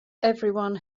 everyone